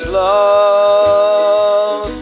love